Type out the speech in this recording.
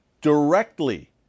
directly